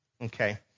Okay